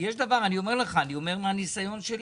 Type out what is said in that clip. אני אומר לך מן הניסיון שלי,